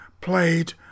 played